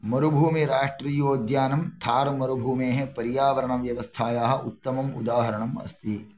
मरुभूमिराष्ट्रियोद्यानं थारमरुभूमेः पर्यावरणव्यवस्थायाः उत्तमम् उदाहरणम् अस्ति